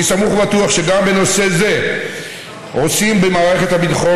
אני סמוך ובטוח שגם בנושא זה עושים במערכת הביטחון